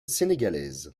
sénégalaise